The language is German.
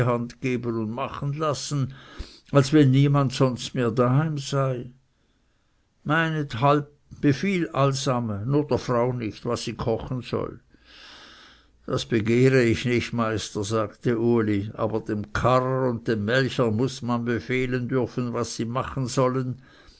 und machen lassen als wenn niemand sonst mehr daheim sei meinethalb befiehl allesame nur der frau nicht was sie kochen soll das begehre ich nicht meister sagte uli aber dem karrer und dem melcher muß man befehlen dürfen was sie machen sollen